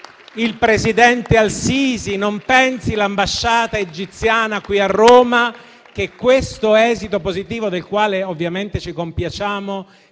il presidente al-Sisi e l'ambasciata egiziana qui a Roma che questo esito positivo, del quale ovviamente ci compiacciamo,